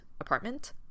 apartment